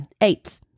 Eight